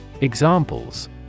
Examples